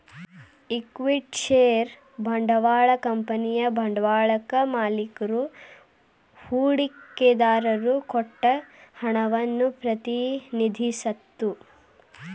equity share ಬಂಡವಾಳ ಕಂಪನಿಯ ಬಂಡವಾಳಕ್ಕಾ ಮಾಲಿಕ್ರು ಹೂಡಿಕೆದಾರರು ಕೊಟ್ಟ ಹಣವನ್ನ ಪ್ರತಿನಿಧಿಸತ್ತ